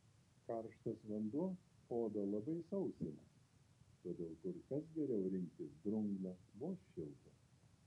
karštas vanduo odą labai sausina todėl kur kas geriau rinktis drungną vos šiltą